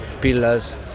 pillars